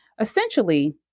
Essentially